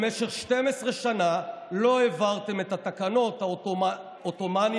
במשך 12 שנה לא העברתם את התקנות העות'מאניות,